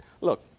look